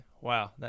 Wow